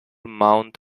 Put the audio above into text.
mount